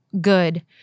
good